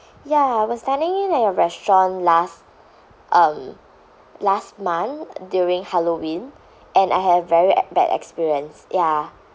ya I was dining in at your restaurant last um last month during halloween and I have very e~ bad bad experience ya